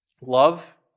love